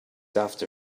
after